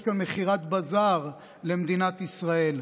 יש כאן מכירת בזאר למדינת ישראל.